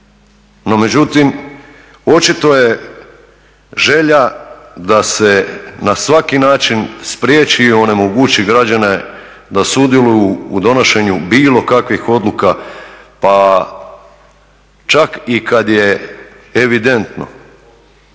no međutim očito je želja da se na svaki način spriječi i onemogući građane da sudjeluju u donošenju bilo kakvih odluka, pa čak i kad je evidentno